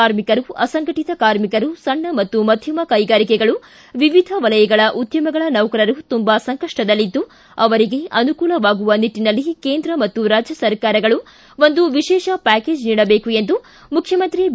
ಕಾರ್ಮಿಕರು ಅಸಂಘಟಿತ ಕಾರ್ಮಿಕರು ಸಣ್ಣ ಮತ್ತು ಮಧ್ವಮ ಕೈಗಾರಿಕೆಗಳು ವಿವಿಧ ವಲಯಗಳ ಉದ್ವಮಗಳ ನೌಕರರು ತುಂಬಾ ಸಂಕಷ್ಷದಲ್ಲಿದ್ದು ಅವರಿಗೆ ಅನುಕೂಲವಾಗುವ ನಿಟ್ಟನಲ್ಲಿ ಕೇಂದ್ರ ಮತ್ತು ರಾಜ್ಯ ಸರ್ಕಾರಗಳು ಒಂದು ವಿಶೇಷ ಪ್ಯಾಕೇಜ್ ನೀಡಬೇಕು ಎಂದು ಮುಖ್ಯಮಂತ್ರಿ ಬಿ